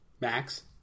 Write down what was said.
Max